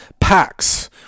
packs